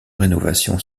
rénovation